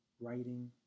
writing